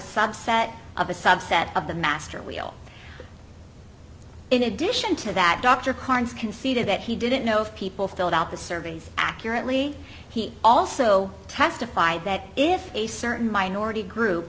subset of a subset of the master wheel in addition to that dr carnes conceded that he didn't know if people filled out the surveys accurately he also testified that if a certain minority